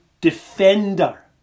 defender